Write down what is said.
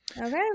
Okay